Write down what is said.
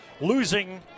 losing